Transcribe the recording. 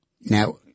Now